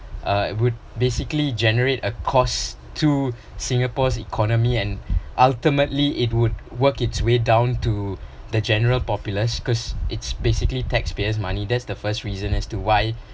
uh would basically generate a cost to singapore's economy and ultimately it would work its way down to the general populace because it's basically taxpayers' money that's the first reason as to why